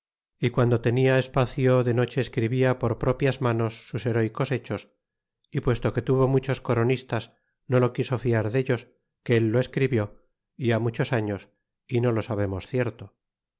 y guando tenia espacio de noche escribia por propias manos sus herecos hechos y puesto que tuvo muchos coronistas no lo quiso fiar dellos que él lo escribió y á muchos años y no lo sabernos cierto